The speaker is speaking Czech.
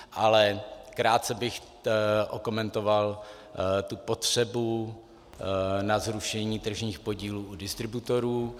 Ale krátce bych okomentoval potřebu zrušení tržních podílů u distributorů.